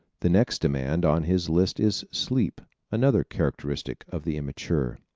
the next demand on his list is sleep, another characteristic of the immature.